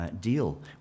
deal